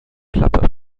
klappe